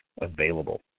available